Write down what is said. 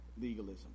legalism